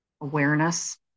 awareness